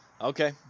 Okay